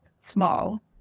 small